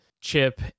Chip